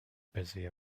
busy